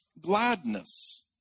gladness